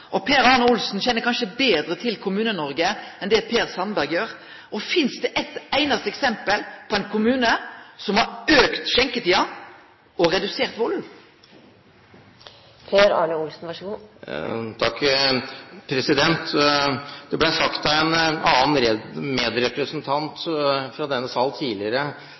Per Arne Olsen kjenner kanskje betre til Kommune-Noreg enn det Per Sandberg gjer: Finst det eit einaste eksempel på ein kommune som har utvida skjenketida og redusert valden? Det ble sagt av en annen medrepresentant fra denne sal tidligere,